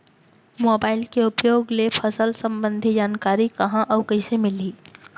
Mobile के उपयोग ले फसल सम्बन्धी जानकारी कहाँ अऊ कइसे मिलही?